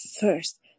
first